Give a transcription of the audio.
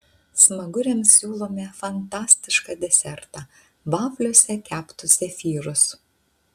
smaguriams siūlome fantastišką desertą vafliuose keptus zefyrus